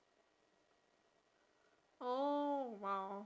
oh !wow!